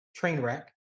Trainwreck